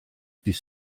dydd